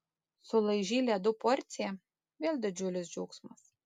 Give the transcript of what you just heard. sulaižei ledų porciją vėl didžiulis džiaugsmas